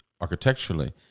architecturally